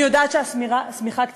אני יודעת שהשמיכה קצרה,